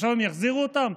ועכשיו הם יחזירו אותם?